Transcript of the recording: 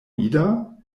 ida